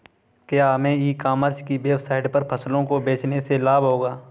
क्या हमें e commerce की वेबसाइट पर फसलों को बेचने से लाभ होगा?